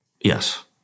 Yes